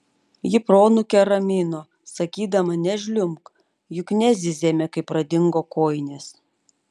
ji proanūkę ramino sakydama nežliumbk juk nezyzėme kai pradingo kojinės